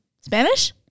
Spanish